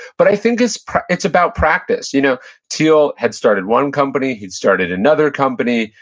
but i think it's it's about practice. you know thiel had started one company. he'd started another company.